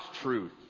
truth